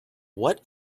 what